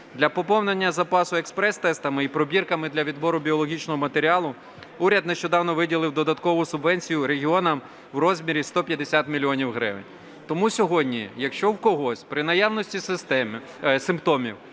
Для поповнення запасу експрес-тестами і пробірками для відбору біологічного матеріалу уряд нещодавно виділив додаткову субвенцію регіонам у розмірі 150 мільйонів гривень. Тому сьогодні, якщо в когось при наявності симптомів